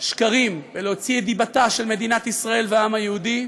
שקרים ולהוציא את דיבתה של מדינת ישראל והעם היהודי,